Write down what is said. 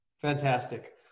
Fantastic